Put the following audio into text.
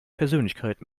persönlichkeit